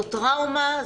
זו טראומה,